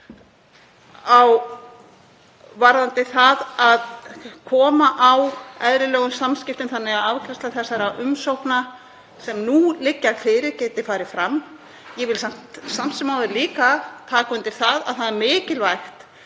varðandi það að koma á eðlilegum samskiptum þannig að afgreiðsla þeirra umsókna sem nú liggja fyrir geti farið fram. Ég vil samt sem áður líka taka undir það að mikilvægt